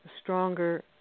stronger